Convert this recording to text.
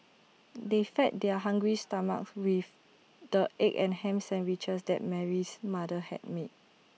they fed their hungry stomachs with the egg and Ham Sandwiches that Mary's mother had made